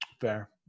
Fair